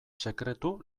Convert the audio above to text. sekretu